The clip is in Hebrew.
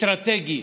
אסטרטגי